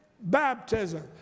baptism